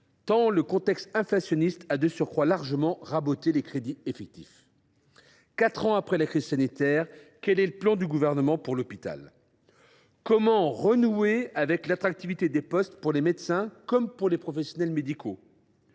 le contexte inflationniste ayant de surcroît largement raboté les crédits effectifs. Quatre ans après la crise sanitaire, quel est le plan du Gouvernement pour l’hôpital ? Comment renouer avec l’attractivité des postes, pour les médecins comme pour les professionnels médicaux ?